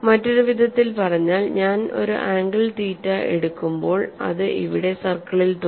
മറ്റൊരു വിധത്തിൽ പറഞ്ഞാൽ ഞാൻ ഒരു ആംഗിൾ തീറ്റ എടുക്കുമ്പോൾഅത് ഇവിടെ സർക്കിളിൽ തൊടും